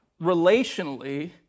relationally